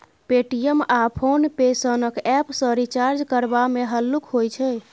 Paytm आ PhonePe सनक app सँ रिचार्ज करबा मे हल्लुक होइ छै